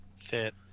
fit